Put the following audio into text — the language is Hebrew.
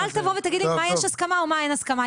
אל תבוא ותגיד לי מה יש הסכמה ומה אין הסכמה.